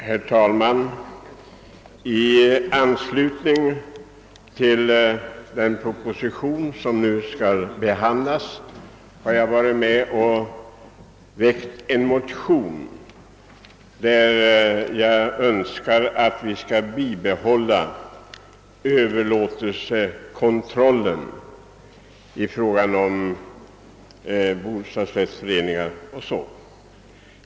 Herr talman! I anslutning till den proposition som nu skall behandlas har jag väckt en motion, vari jag önskar att överlåtelsekontrakten för bostadsrättsföreningar skall bibehållas.